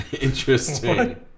Interesting